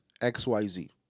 XYZ